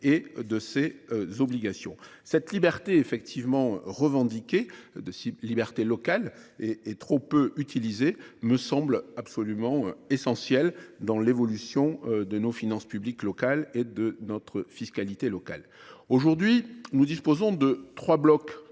et de ses obligations. Cette liberté locale, en effet revendiquée, mais trop peu utilisée, me semble absolument essentielle dans l’évolution de nos finances publiques locales et de notre fiscalité locale. Aujourd’hui, nous disposons de trois blocs